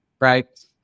Right